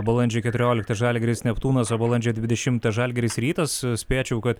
balandžio keturioliktą žalgiris neptūnas o balandžio dvidešimtą žalgiris rytas spėčiau kad